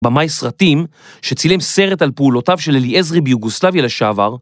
במאי סרטים שצילם סרט על פעולותיו של אליעזרי ביוגוסטלביה לשעבר.